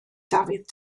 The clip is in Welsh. dafydd